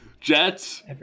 Jets